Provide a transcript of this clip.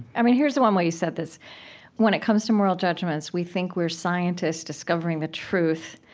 i mean here is the one way you said this when it comes to moral judgments, we think we are scientists discovering the truth,